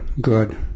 good